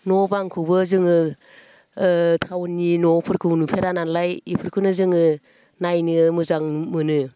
न' बांखौबो जोङो टाउननि न'फोरखौ नुफेरा नालाय इफोरखौनो जोङो नायनो मोजां मोनो